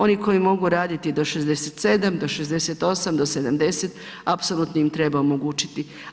Oni koji mogu raditi do 67, do 68, do 70, apsolutno im treba omogućiti.